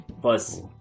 Plus